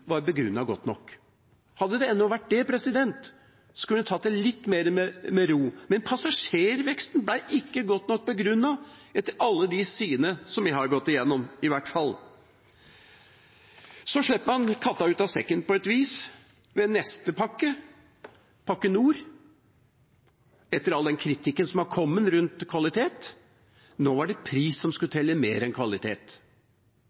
var begrunnet godt nok. Hadde den enda vært det, skulle jeg tatt det litt mer med ro. Men passasjerveksten ble ikke godt nok begrunnet, i hvert fall ut ifra alle de sidene som jeg har gått igjennom. Så slipper man katta ut av sekken, på et vis, ved neste pakke – Trafikkpakke Nord. Etter all den kritikken som har kommet rundt kvalitet, skulle pris nå telle mer enn kvalitet. Sjølsagt, det